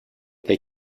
they